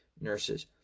nurses